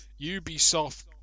Ubisoft